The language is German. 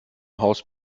haus